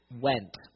went